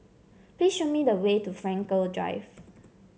please show me the way to Frankel Drive